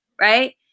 right